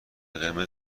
قرمز